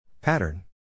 Pattern